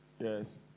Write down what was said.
Yes